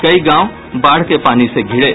कई गांव बाढ़ के पानी से घिरे